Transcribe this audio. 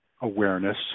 awareness